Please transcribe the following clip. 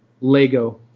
Lego